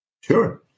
sure